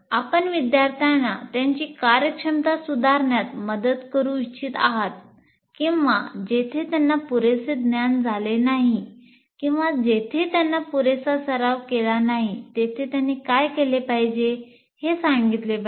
आपण विद्यार्थ्यांना त्यांची कार्यक्षमता सुधारण्यात मदत करू इच्छित आहात किंवा जेथे त्यांना पुरेसे ज्ञान झाले नाही किंवा जेथे त्यांचा पुरेसा सराव केला नाही तेथे त्यांनी काय केले पाहिजे हे सांगितले पाहिजे